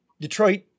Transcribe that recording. Detroit